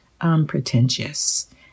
unpretentious